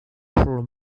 for